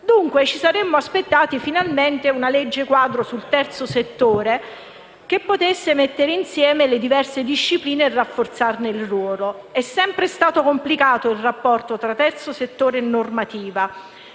Dunque, ci saremmo aspettati finalmente una legge quadro sul terzo settore che potesse mettere insieme le diverse discipline e rafforzarne il ruolo. È sempre stato complicato il rapporto tra terzo settore e normativa.